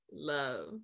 love